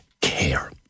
care